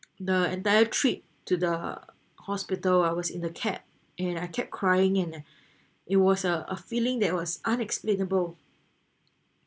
the entire trip to the hospital I was in the cab and I kept crying and uh it was uh a feeling that was unexplainable